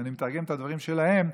ואני מתרגם את הדברים שלהם: